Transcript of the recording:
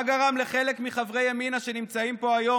מה גרם לחלק מחברי ימינה שנמצאים פה היום,